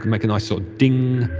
make a nice sorta ding,